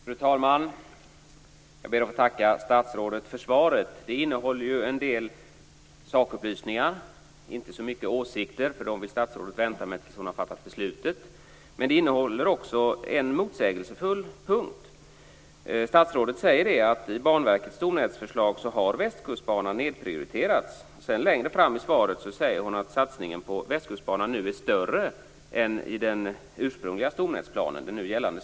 Fru talman! Jag ber att få tacka statsrådet för svaret. Det innehåller en del sakupplysningar, inte så mycket åsikter, dem vill statsrådet vänta med tills man har fattat beslutet. Men det innehåller också en motsägelsefull punkt. Statsrådet säger att Västkustbanan i Banverkets stomnätsplan nedprioriterats. Längre fram i svaret säger hon att satsningen på Västkustbanan nu är större än i den ursprungliga stomnätsplanen, den nu gällande.